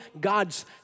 God's